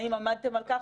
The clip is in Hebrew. האם עמדתם על כך,